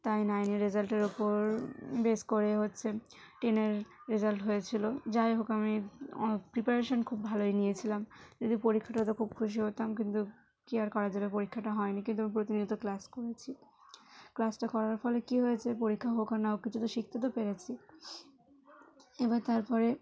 তাই নাইনের রেজাল্টের উপর বেস করে হচ্ছে টেনের রেজাল্ট হয়েছিল যাই হোক আমি অ প্রিপারেশন খুব ভালোই নিয়েছিলাম যদি পরীক্ষাটা হতো খুব খুশি হতাম কিন্তু কি আর করা যাবে পরীক্ষাটা হয়নি কিন্তু প্রতিনিয়ত ক্লাস করেছি ক্লাসটা করার ফলে কী হয়েছে পরীক্ষা হোক আর না হোক কিছু তো শিখতে তো পেরেছি এবার তারপরে